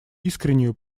искреннюю